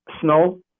snow